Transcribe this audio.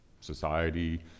society